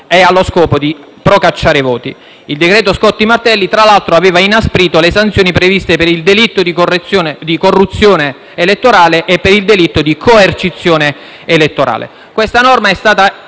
allo scopo di procacciare voti. Il decreto Scotti-Martelli aveva, tra l'altro, inasprito le sanzioni previste per il delitto di corruzione elettorale e il delitto di coercizione elettorale.